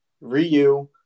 Ryu